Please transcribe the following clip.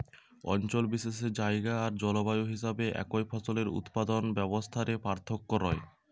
অঞ্চল বিশেষে জায়গা আর জলবায়ু হিসাবে একই ফসলের উৎপাদন ব্যবস্থা রে পার্থক্য রয়